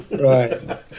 Right